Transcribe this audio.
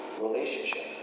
relationship